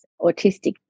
autistic